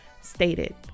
stated